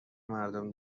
مردم